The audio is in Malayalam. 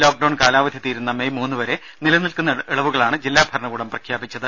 ലോക് ഡൌൺ കാലാവധി തീരുന്ന മെയ് മൂന്ന് വരെ നിലനിൽക്കുന്ന ഇളവുകളാണ് ജില്ലാ ഭരണകൂടം പ്രഖ്യാപിച്ചത്